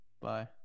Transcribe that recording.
bye